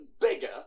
bigger